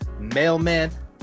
mailman